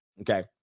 Okay